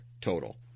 total